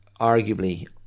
arguably